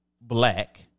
Black